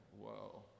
whoa